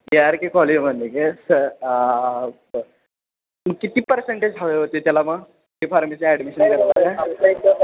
के R K कॉलेजमध्ये काय sir मग किती पर्सेंटेज हवे होते त्याला मग ते फार्मिसिला ॲडमिशन घ्यायला